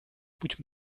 путь